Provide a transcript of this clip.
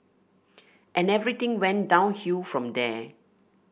and everything went downhill from there